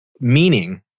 Meaning